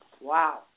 Wow